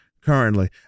currently